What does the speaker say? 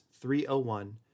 301